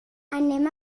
anem